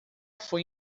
foi